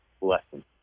lesson